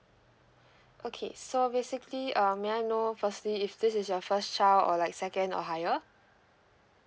okay so basically uh may I know firstly if this is your first child or like second or higher